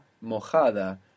mojada